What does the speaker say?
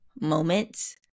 moments